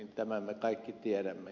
tämän me kaikki tiedämme